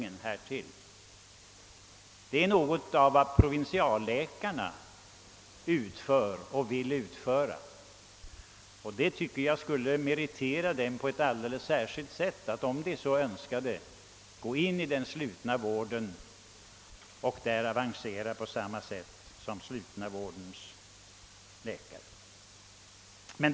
Det är något av detta arbete som provinsialläkarna nu utför och vill utföra, och jag tycker att detta skulle meritera dem för tjänster i den slutna vården, om de önskar sådana för att där avancera på samma sätt som den slutna vårdens läkare.